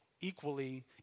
equally